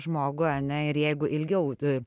žmogų ane ir jeigu ilgiau tu